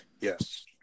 Yes